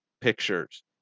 pictures